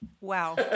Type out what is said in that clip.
Wow